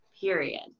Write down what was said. period